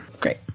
great